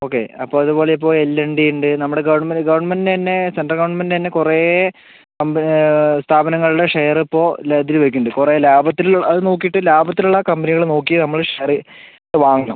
okay അപ്പോൾ അതുപോലെ ഇപ്പോൾ എൽ എൻ ഡി ഉണ്ട് നമ്മുടെ ഗവൺമെന്റ് ഗവൺമെന്റിന്റെ തന്നെ സെൻട്രൽ ഗവൺമെന്റിന്റെ തന്നെ കുറേ സ്ഥാപനങ്ങളുടെ ഷെയർ ഇപ്പോൾ ലാഭത്തിൽ പോയിട്ടിണ്ട് കുറേ ലാഭത്തിൽ അത് നോക്കിയിട്ട് ലാഭത്തിലുള്ള കമ്പനികൾ നോക്കി നമ്മൾ ഷെയർ വാങ്ങണം